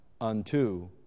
unto